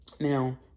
Now